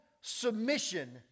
submission